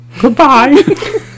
Goodbye